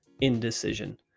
indecision